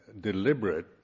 deliberate